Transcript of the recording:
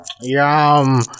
Yum